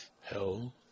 Hell